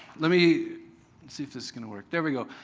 let me see if this is going to work. there we go.